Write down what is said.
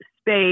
space